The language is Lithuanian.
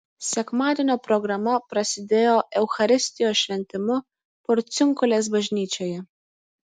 sekmadienio programa prasidėjo eucharistijos šventimu porciunkulės bažnyčioje